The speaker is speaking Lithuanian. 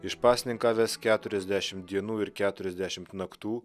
išpasninkavęs keturiasdešimt dienų ir keturiasdešimt naktų